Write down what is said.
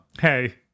Hey